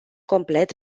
complet